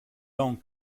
lent